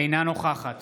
אינה נוכחת